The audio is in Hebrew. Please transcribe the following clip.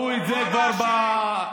חבר הכנסת קרעי.